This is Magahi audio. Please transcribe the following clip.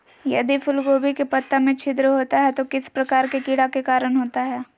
यदि फूलगोभी के पत्ता में छिद्र होता है तो किस प्रकार के कीड़ा के कारण होता है?